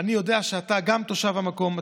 אני יודע שאתה תושב המקום,